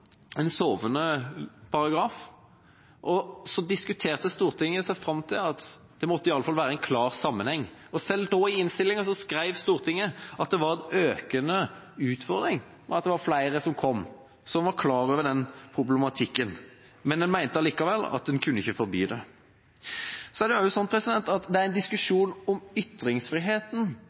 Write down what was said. en sovende paragraf – diskuterte Stortinget seg fram til at det iallfall måtte være en klar sammenheng. Selv i innstillinga skrev justiskomiteen at det var en økende utfordring at det var flere som kom. En var klar over problematikken, men mente allikevel at en ikke kunne forby dette. Det er en diskusjon om hvorvidt det er brudd på ytringsfriheten